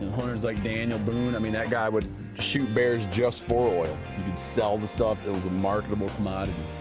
hunters like daniel boone, i mean that guy would shoot bears just for oil and sell the stuff, it was a marketable commodity.